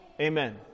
amen